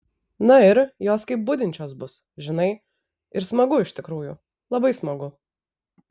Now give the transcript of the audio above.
na ir jos kaip budinčios bus žinai ir smagu iš tikrųjų labai smagu